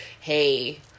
hey